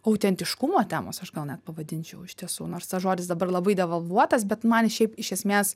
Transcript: autentiškumo temos aš gal net pavadinčiau iš tiesų nors tas žodis dabar labai devalvuotas bet man šiaip iš esmės